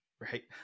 Right